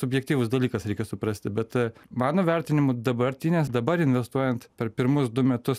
subjektyvus dalykas reikia suprasti bet mano vertinimu dabartinės dabar investuojant per pirmus du metus